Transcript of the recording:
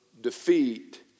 defeat